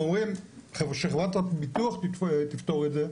או אומרים שחברת הביטוח תפתור את זה,